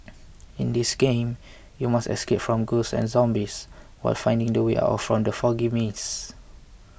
in this game you must escape from ghosts and zombies while finding the way out from the foggy maze